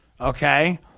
okay